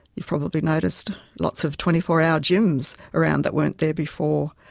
you've probably noticed lots of twenty four hour gyms around that weren't there before.